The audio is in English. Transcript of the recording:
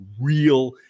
real